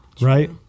Right